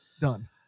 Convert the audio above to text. Done